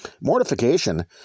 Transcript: Mortification